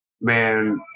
man